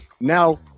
Now